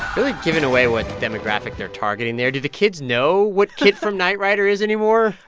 really giving away what demographic they're targeting there. do the kids know what kitt from knight rider is anymore?